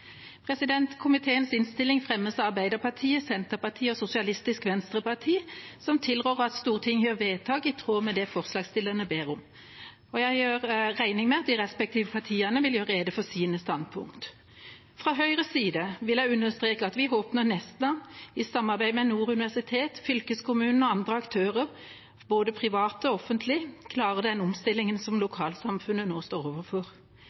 Komiteens innstilling fremmes av Arbeiderpartiet, Senterpartiet og Sosialistisk Venstreparti, som tilrår at Stortinget gjør vedtak i tråd med det forslagsstillerne ber om. Jeg regner med at de respektive partiene vil redegjøre for sine standpunkter. Fra Høyres side vil jeg understreke at vi håper at Nesna i samarbeid med Nord universitet, fylkeskommunen og andre aktører, både private og offentlige, klarer den omstillingen som lokalsamfunnet nå står overfor.